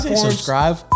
subscribe